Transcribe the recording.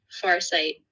Farsight